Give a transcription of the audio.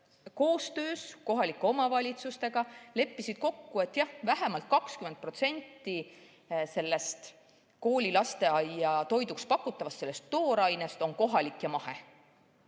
koostöös kohalike omavalitsustega leppisid kokku, et vähemalt 20% kooli‑ ja lasteaiatoiduks pakutavast toorainest on kohalik ja mahe.